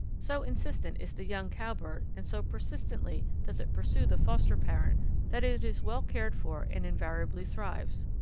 so insistent is the young cowbird and so persistently does it pursue the foster parent that it is well cared for and invariably thrives.